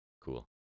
cool